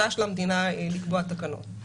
אז